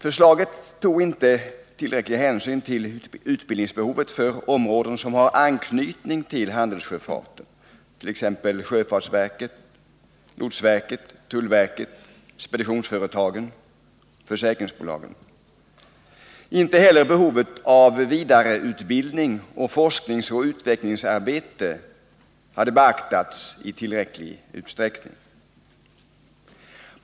Förslaget tog inte tillräcklig hänsyn till utbildningsbehovet för områden som har anknytning till handelssjöfarten — t.ex. sjöfartsverket, lotsverket, tullverket, speditionsföretagen och försäkringsbolagen. Inte heller behovet av vidareutbildning och forskningsoch utvecklingsarbete beaktades i tillräcklig utsträckning.